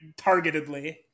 targetedly